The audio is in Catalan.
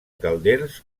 calders